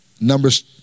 Numbers